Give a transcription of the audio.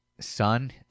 son